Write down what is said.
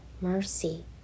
mercy